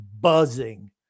buzzing